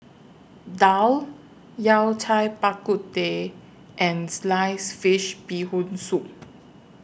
Daal Yao Cai Bak Kut Teh and Sliced Fish Bee Hoon Soup